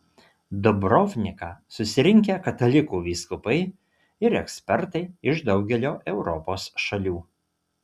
dubrovniką susirinkę katalikų vyskupai ir ekspertai iš daugelio europos šalių